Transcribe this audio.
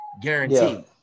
guaranteed